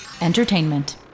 Entertainment